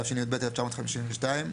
התשי"ב-1952,